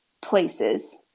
places